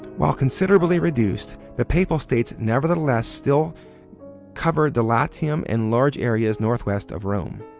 while considerably reduced, the papal states nevertheless still covered the latium and large areas northwest of rome.